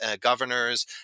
governors